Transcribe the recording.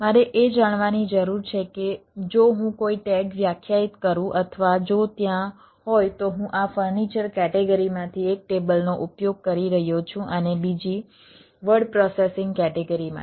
મારે એ જાણવાની જરૂર છે કે જો હું કોઈ ટૅગ વ્યાખ્યાયિત કરું અથવા જો ત્યાં હોય તો હું આ ફર્નિચર કેટેગરીમાંથી એક ટેબલનો ઉપયોગ કરી રહ્યો છું અને બીજી વર્ડ પ્રોસેસિંગ કેટેગરી માટે